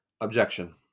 Objection